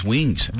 Wings